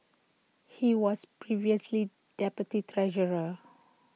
he was previously deputy treasurer